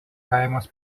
kaimas